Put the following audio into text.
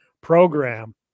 program